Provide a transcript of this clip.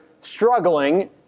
struggling